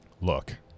look